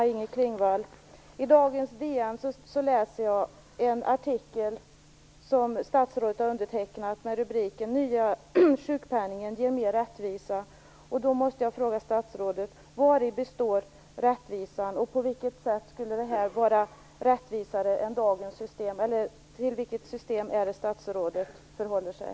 I dagens DN läser jag en artikel som statsrådet har undertecknat med rubriken: "Nya sjukpengen ger mer rättvisa." Jag måste då fråga statsrådet: Vari består rättvisan? Till vilket system är det statsrådet förhåller sig?